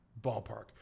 ballpark